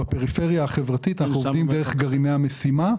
בפריפריה החברתית אנחנו עובדים דרך גרעיני המשימה.